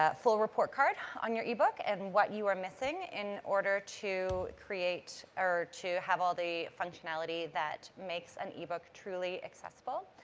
full report card on your ebook and what you are missing in order to create or to have all the functionality that makes an ebook truly accessible.